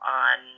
on